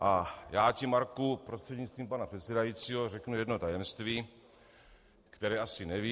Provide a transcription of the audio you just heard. A já ti, Marku, prostřednictvím pana předsedajícího, řeknu jedno tajemství, které asi nevíš.